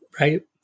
right